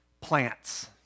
plants